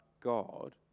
god